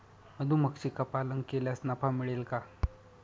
मधुमक्षिका पालन केल्यास नफा मिळेल का?